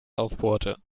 aufbohrte